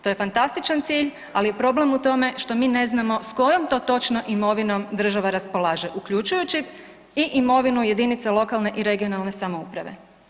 To je fantastičan cilj, ali je problem u tome što mi ne znamo s kojom to točno imovinom država raspolaže, uključujući i imovinu jedinica lokalne i regionalne samouprave.